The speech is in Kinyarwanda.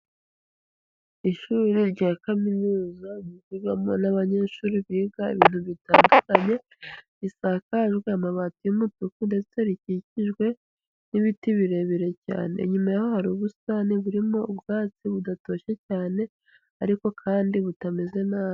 Ishuri rya kaminuza ryigwamo n'abanyeshuri biga ibintu bitandukanye, risakajwe amabati y'umutuku ndetse rikikijwe n'ibiti birebire cyane, inyuma yaho hari ubusitani burimo ubwatsi budatoshye cyane ariko kandi butameze nabi.